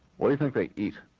what do you think they eat?